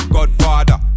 Godfather